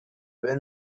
pin